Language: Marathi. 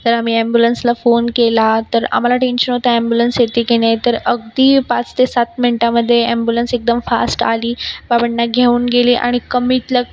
तर आम्ही ॲम्ब्युलन्सला फोन केला तर आम्हाला टेन्शन होतं ॲम्ब्युलन्स येते की नाही तर अगदी पाच ते सात मिंटामध्ये ॲम्बुलन्स एकदम फास्ट आली बाबांना घेऊन गेली आणि कमीतल्या